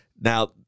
Now